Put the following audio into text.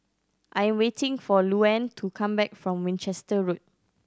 I am waiting for Louann to come back from Winchester Road